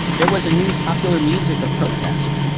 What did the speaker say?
there was a new popular music of protest.